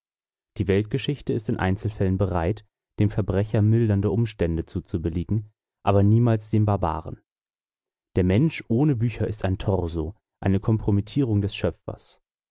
die weltgeschichte ist in einzelfällen bereit dem verbrecher mildernde umstände zuzubilligen aber niemals dem barbaren der mensch ohne bücher ist ein torso eine kompromittierung des schöpfers